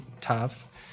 tough